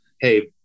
hey